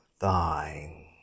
thine